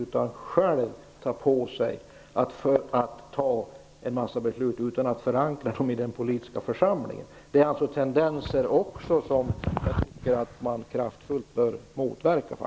Han skall inte själv ta på sig att fatta en massa beslut som inte är förankrade i den politiska församlingen. Sådana tendenser bör kraftfullt motverkas.